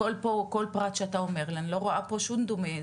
כל פרט שאתה אומר, אני לא רואה שום דבר דומה.